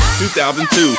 2002